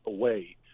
away